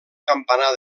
campanar